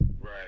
Right